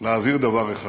להבהיר דבר אחד,